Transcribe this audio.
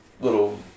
little